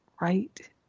right